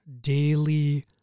daily